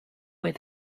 where